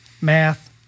math